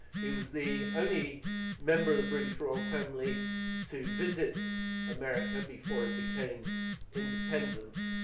he was the only member of the british royal family to visit america before it became independent.